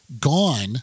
gone